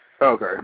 okay